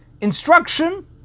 instruction